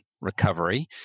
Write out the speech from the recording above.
recovery